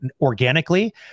organically